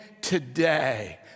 today